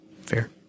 Fair